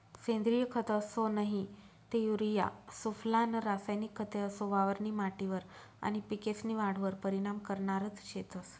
सेंद्रिय खत असो नही ते युरिया सुफला नं रासायनिक खते असो वावरनी माटीवर आनी पिकेस्नी वाढवर परीनाम करनारज शेतंस